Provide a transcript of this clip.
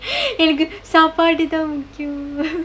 எனக்கு சாப்பாடு தான் முக்கியம்:enakku saapaadu thaan mukkiyam